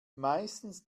meistens